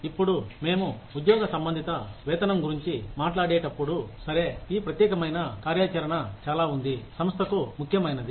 ఇప్పుడు మేము ఉద్యోగ సంబంధిత వేతనం గురించి మాట్లాడేటప్పుడు సరే ఈ ప్రత్యేకమైన కార్యాచరణ చాలా ఉంది సంస్థకు ముఖ్యమైనది